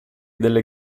delle